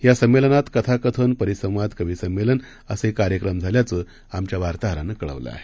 यासमेंलनातकथाकथन परिसंवाद कवीसंमेलनअसेकार्यक्रमपारझाल्याचंआमच्यावार्ताहरानंकळवलंआहे